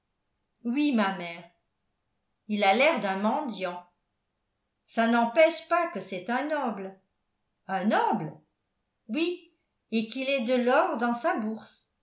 oui ma mère il a l'air d'un mendiant ça n'empêche pas que c'est un noble un noble oui et qu'il ait de l'or dans sa bourse